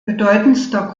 bedeutendster